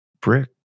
brick